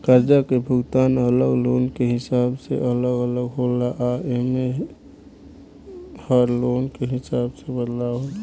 कर्जा के भुगतान अलग लोन के हिसाब से अलग अलग होला आ एमे में हर लोन के हिसाब से बदलाव होला